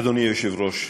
אדוני היושב-ראש,